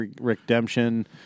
Redemption